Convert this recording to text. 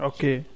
Okay